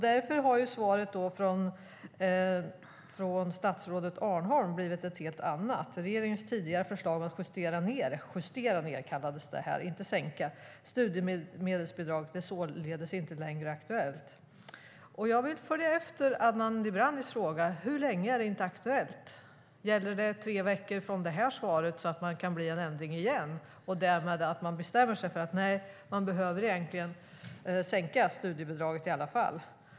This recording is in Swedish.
Därför har svaret från statsrådet Arnholm blivit ett helt annat. Regeringens tidigare förslag att justera ned - justera ned, kallades det här, inte sänka - studiemedelsbidraget är således inte längre aktuellt. Jag vill följa upp Adnan Dibranis fråga hur länge det är aktuellt. Gäller det tre veckor från det här svaret och att det sedan kan bli en ändring igen, att man bestämmer sig för att studiebidraget trots allt behöver sänkas?